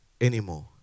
anymore